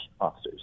officers